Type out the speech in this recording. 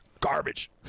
garbage